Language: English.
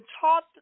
taught